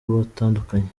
batandukanye